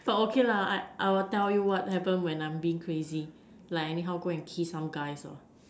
but okay lah I I will tell you what happen when I'm being crazy like I anyhow go and kiss some guys or